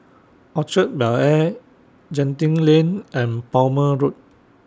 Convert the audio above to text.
Orchard Bel Air Genting Lane and Palmer Road